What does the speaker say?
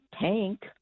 tank